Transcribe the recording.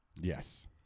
Yes